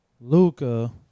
Luca